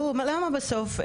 למה בסוף?